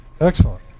excellent